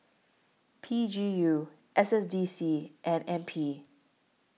P G U S S D C and N P